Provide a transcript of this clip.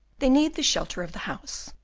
they need the shelter of the house,